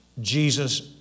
Jesus